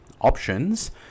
options